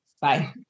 Bye